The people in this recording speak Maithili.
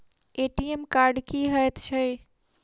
ए.टी.एम कार्ड की हएत छै?